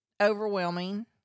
Overwhelming